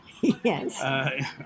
Yes